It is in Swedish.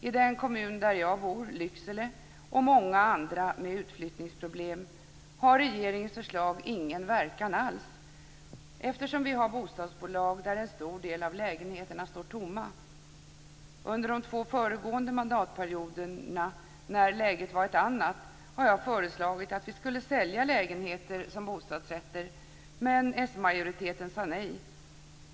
I den kommun där jag bor, Lycksele, och i många andra med utflyttningsproblem, har regeringens förslag ingen verkan alls, eftersom vi har bostadsbolag där en stor del av lägenheterna står tomma. Under de två föregående mandatperioderna, när läget var ett annat, har jag föreslagit att vi skulle sälja lägenheter som bostadsrätter. Men s-majoriteten sade nej.